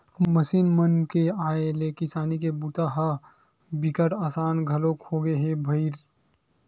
machine मन के आए ले किसानी के बूता ह बिकट असान घलोक होगे हे भईर